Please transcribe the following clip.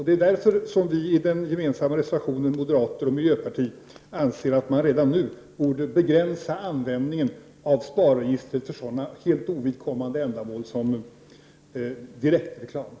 Det är därför som vi i den gemensamma reservationen med moderater och miljöparti anser att man redan nu borde begränsa användningen av SPAR-registret för sådana helt ovidkommande ändamål som direktreklam.